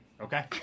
Okay